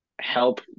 help